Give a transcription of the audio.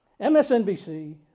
MSNBC